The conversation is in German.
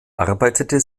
arbeitete